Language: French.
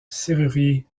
serrurier